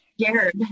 scared